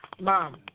Mom